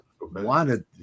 wanted